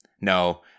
no